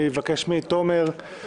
אני מבקש מתומר,